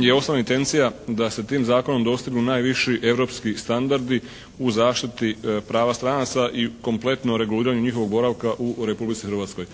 je osnovna intencija da se tim zakonom dostignu najviši europski standardi u zaštiti prava stranaca i kompletno reguliranje njihovog boravka u Republici Hrvatskoj.